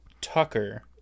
Tucker